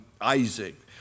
Isaac